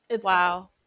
Wow